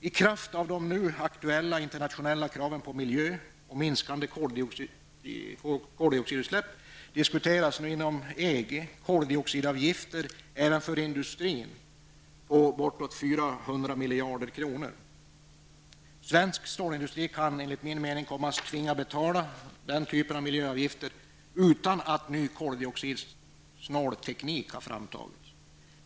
I kraft av de nu aktuella internationella kraven på miljöhänsyn och minskade koldioxidutsläpp diskuteras nu inom EG koldioxidavgifter även för industrin på bortåt 400 miljarder kronor. Svensk stålindustri kan, enligt min mening, komma att tvingas betala den typen av miljöavgifter utan att ny koldioxidsnål teknik har framtagits.